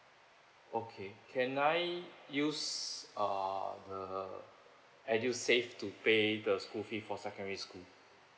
okay can I use uh the edusave to pay the school fee for secondary school